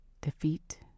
defeat